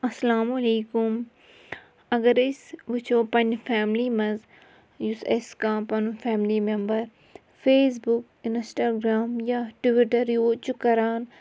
اَسَلامُ علیکُم اگر أسۍ وٕچھو پنٛنہِ فیملی منٛز یُس اَسہِ کانٛہہ پَنُن family member Facebook Instagram یا ٹُوِٹَر یوٗز چھُ کَران